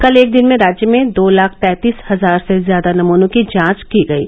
कल एक दिन में राज्य में दो लाख तैंतीस हजार से ज्यादा नमूनों की जांच की गयी